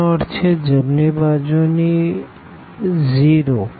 તેનો અર્થ છે જમણી બાજુની બાજુ 0